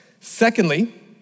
Secondly